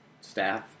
staff